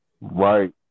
Right